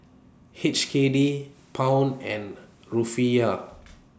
H K D Pound and Rufiyaa